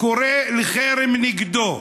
קורא לחרם נגדו?